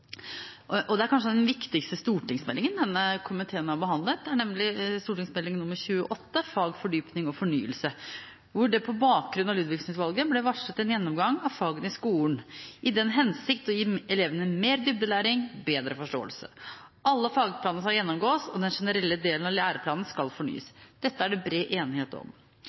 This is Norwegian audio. forrige stortingsperioden, gjorde. Kanskje den viktigste stortingsmeldingen denne komiteen har behandlet, er nemlig Meld. St. 28 for 2015–2016, Fag – Fordypning – Forståelse, hvor det på bakgrunn av Ludvigsen-utvalgets rapport ble varslet en gjennomgang av fagene i skolen, i den hensikt å gi elevene mer dybdelæring og bedre forståelse. Alle fagplanene skal gjennomgås, og den generelle delen av læreplanen skal fornyes. Dette er det bred enighet om.